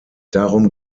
darum